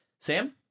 Sam